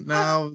now